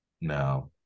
now